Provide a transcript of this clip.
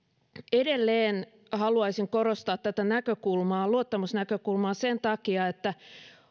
edelleen haluaisin korostaa tätä luottamusnäkökulmaa sen takia että